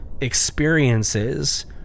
experiences